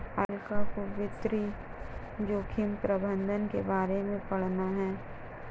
अलका को वित्तीय जोखिम प्रबंधन के बारे में पढ़ना है